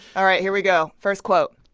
all right. here we go. first quote.